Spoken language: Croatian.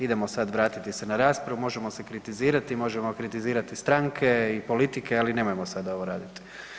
Idemo sad vratiti se na raspravu, možemo se kritizirati, možemo kritizirati stranke i politike, ali nemojmo sada ovo raditi.